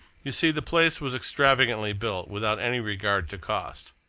you see, the place was extravagantly built without any regard to cost.